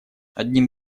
одним